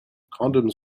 condoms